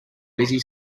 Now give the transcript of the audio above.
busy